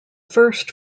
first